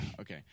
Okay